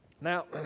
Now